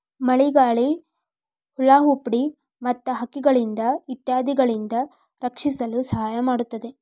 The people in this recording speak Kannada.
ಮಳಿಗಾಳಿ, ಹುಳಾಹುಪ್ಡಿ ಮತ್ತ ಹಕ್ಕಿಗಳಿಂದ ಇತ್ಯಾದಿಗಳಿಂದ ರಕ್ಷಿಸಲು ಸಹಾಯ ಮಾಡುತ್ತದೆ